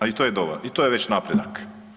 Ali to je dovoljno i to je već napredak.